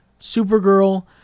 Supergirl